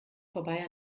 vorbei